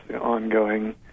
ongoing